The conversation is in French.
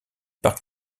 parcs